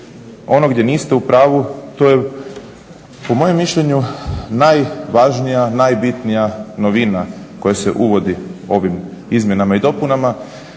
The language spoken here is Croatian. ono gdje niste u pravu to je po mojem mišljenju najvažnija, najbitnija novina koja se uvodi ovim izmjenama i dopunama,